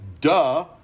duh